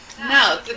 No